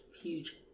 huge